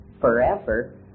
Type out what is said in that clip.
forever